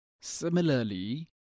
Similarly